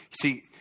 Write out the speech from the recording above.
See